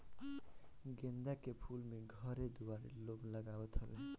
गेंदा के फूल भी घरे दुआरे लोग लगावत हवे